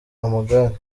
amagare